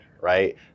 right